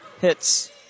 hits